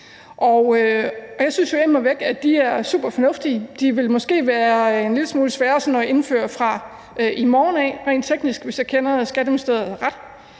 immer væk, at de er superfornuftige. De ville måske være en lille smule svære sådan at indføre fra i morgen, rent teknisk, hvis jeg kender Skatteministeriet ret,